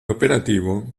operativo